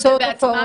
למוסדות התרבות,